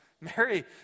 Mary